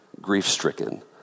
grief-stricken